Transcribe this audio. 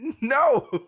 No